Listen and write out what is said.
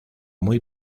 muy